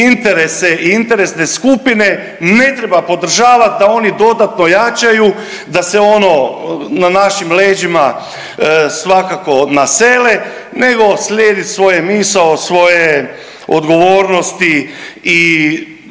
interese i interesne skupine ne treba podržavati da oni dodatno jačaju, da se ono na našim leđima svakako nasele, nego slijedi svoju misao, svoje odgovornosti i